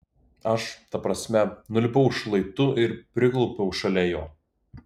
aš ta prasme nulipau šlaitu ir priklaupiau šalia jo